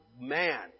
Man